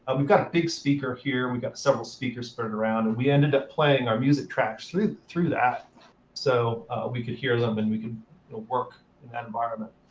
but we've got a big speaker here. we've got several speakers spread around. and we ended up playing our music tracks through through that so we could hear them, and we could work in that environment,